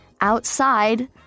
outside